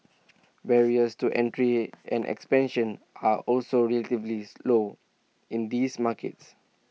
barriers to entry and expansion are also relatively slow in these markets